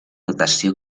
dotació